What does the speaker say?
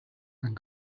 and